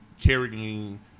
carrying